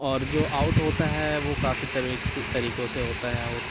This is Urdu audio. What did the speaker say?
اور جو آوٹ ہوتا ہے وہ کافی طریقے سے طریقوں سے ہوتا ہے آوٹ